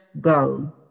go